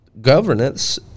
governance